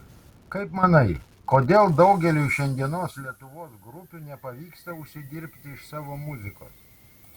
kaip manai kodėl daugeliui šiandienos lietuvos grupių nepavyksta užsidirbti iš savo muzikos